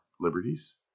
liberties